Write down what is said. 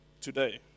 today